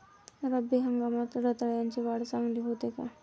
रब्बी हंगामात रताळ्याची वाढ चांगली होते का?